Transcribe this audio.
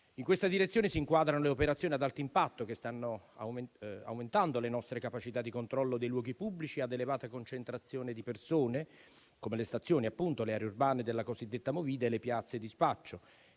In questa direzione si inquadrano le operazioni ad alto impatto che stanno aumentando le nostre capacità di controllo dei luoghi pubblici ad elevata concentrazione di persone, come le stazioni, le aree urbane della cosiddetta movida e le piazze di spaccio.